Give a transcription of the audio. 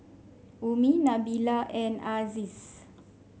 Ummi Nabila and Aziz